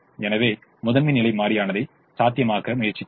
எனவே முதன்மை நிலை மாறியானதை சாத்தியமாக்க முயற்சித்தோம்